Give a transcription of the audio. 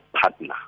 partner